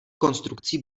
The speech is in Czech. konstrukcí